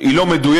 היא לא מדויקת,